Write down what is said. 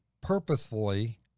purposefully